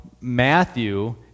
Matthew